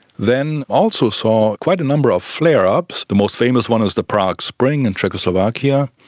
then also saw quite a number of flare-ups, the most famous one is the prague spring in czechoslovakia,